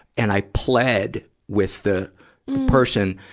and i pled with the, the person,